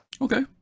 Okay